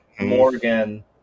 Morgan